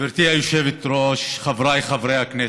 גברתי היושבת-ראש, חבריי חברי הכנסת,